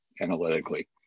analytically